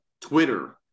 Twitter